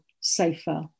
safer